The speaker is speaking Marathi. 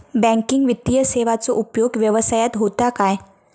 बँकिंग वित्तीय सेवाचो उपयोग व्यवसायात होता काय?